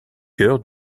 chœur